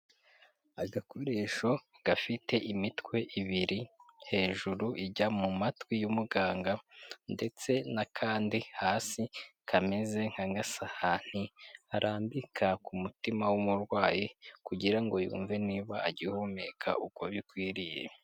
Agakoresho gafite imitwe ibiri hejuru, ijya mu matwi y'umuganga ndetse n'akandi hasi kameze nk'agasahani arambika ku mutima w'umurwayi kugira ngo yumve niba agihumeka uko bikwiriye.